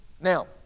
Now